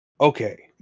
Okay